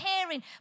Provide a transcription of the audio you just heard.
hearing